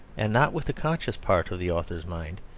and not with the conscious part of the author's mind,